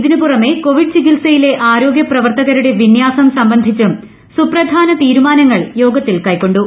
ഇതിന് പുറമെ കോവിഡ് ചികിത്സയിലെ ആരോഗ്യപ്രി്ടർത്തകരുടെ വിന്യാസം സംബന്ധിച്ചും സുപ്രധാന തൃരുമാറ്നങ്ങൾ യോഗത്തിൽ കൈക്കൊണ്ടു